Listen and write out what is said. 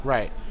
Right